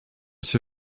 cię